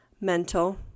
mental